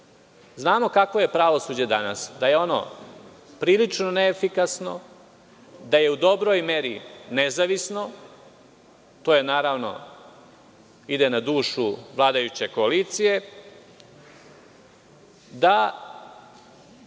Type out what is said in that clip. Znamo kakvo je pravosuđe danas, da je ono prilično neefikasno, da je u dobroj meri nezavisno, to naravno ide na dušu vladajuće koalicije, da